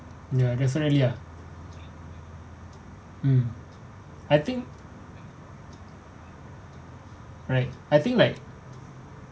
ya definitely ah mm I think right I think like